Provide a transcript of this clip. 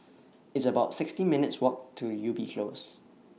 It's about sixty minutes' Walk to Ubi Close